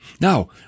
Now